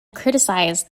criticized